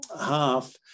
half